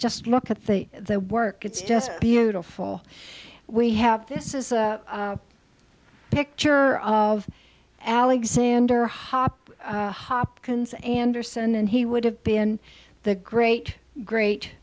just look at the the work it's just beautiful we have this is a picture of alexander whop hopkins anderson and he would have been the great great